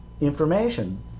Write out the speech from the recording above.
information